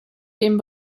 dem